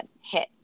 hit